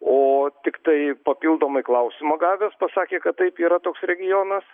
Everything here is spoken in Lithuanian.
o tiktai papildomai klausimą gavęs pasakė kad taip yra toks regionas